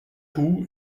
coup